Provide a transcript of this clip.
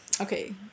Okay